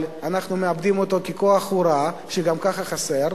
אבל אנחנו מאבדים אותו ככוח הוראה, שגם ככה חסר.